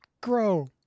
grow